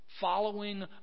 following